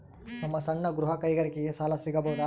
ನಮ್ಮ ಸಣ್ಣ ಗೃಹ ಕೈಗಾರಿಕೆಗೆ ಸಾಲ ಸಿಗಬಹುದಾ?